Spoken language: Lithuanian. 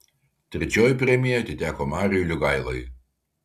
trečioji premija atiteko mariui liugailai